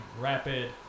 rapid